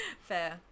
fair